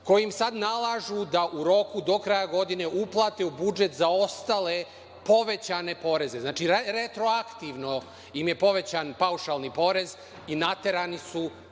kojim sada nalažu da u roku, do kraja godine uplate u budžet zaostale povećane poreze. Znači, retroaktivno im je povećan paušalni porez i naterani su